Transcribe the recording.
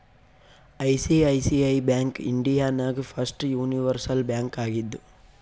ICICI bank India ನಾಗ್ first universal bank ಆಗಿದ್ದು